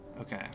Okay